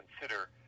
consider